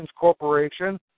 Corporation